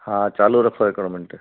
हा चालू रखो हिकिड़ो मिनट